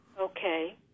Okay